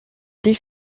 des